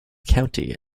county